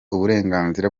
uburenganzira